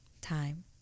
time